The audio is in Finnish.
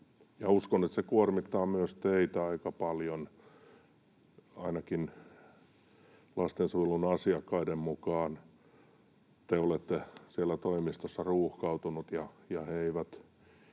uskon, että se kuormittaa myös teitä aika paljon — ainakin lastensuojelun asiakkaiden mukaan te olette siellä toimistossa ruuhkautuneet ja he eivät